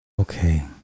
Okay